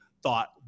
thought